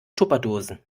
tupperdosen